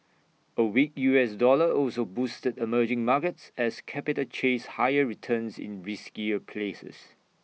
A weak U S dollar also boosted emerging markets as capital chased higher returns in riskier places